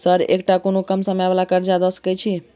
Sir एकटा कोनो कम समय वला कर्जा दऽ सकै छी?